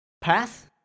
Pass